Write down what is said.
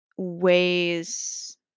ways